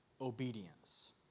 obedience